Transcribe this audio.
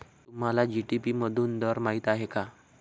तुम्हाला जी.डी.पी मधून दर माहित आहे का?